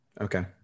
okay